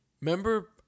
Remember